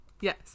Yes